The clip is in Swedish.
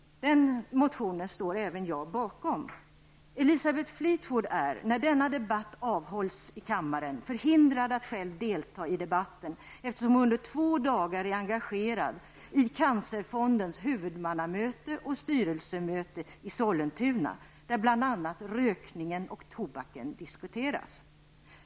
Den motionen står även jag bakom. Elsabeth Fleetwood är när denna debatt avhålls i kammaren förhindrad att själv delta i debatten, eftersom hon under två dagar är engagerad i cancerfondens huvudmannamöte och styrelsemöte i Sollentuna, där bl.a. rökningen och tobaken diskuteras.